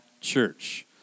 church